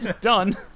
Done